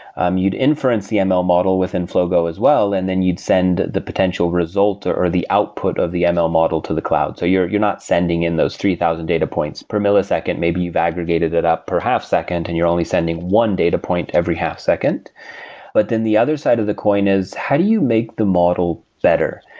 um you'd inference the um ml model within flogo as well and then you'd send the potential result, or or the output of the ml model to the cloud. so you're you're not sending in those three thousand data points per millisecond. maybe you've aggregated it up per half second and you're only sending one data point every half second but then the other side of the coin is how do you make the model better?